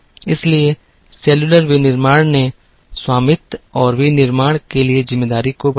इसलिए सेलुलर विनिर्माण ने स्वामित्व और विनिर्माण के लिए जिम्मेदारी को बढ़ा दिया